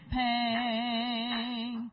pain